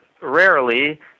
rarely